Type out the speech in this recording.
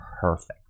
perfect